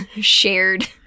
shared